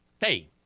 Hey